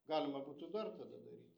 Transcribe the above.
galima būtų dar tada daryt